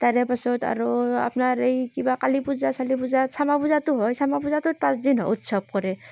তাৰ পাছত আৰু আপোনাৰ এই কিবা কালী পূজা চালি পূজা শ্যামা পূজাটো হয় শ্যামা পূজাটোত পাঁচদিন উৎসৱ কৰে